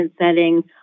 setting